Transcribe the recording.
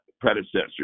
predecessors